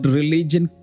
religion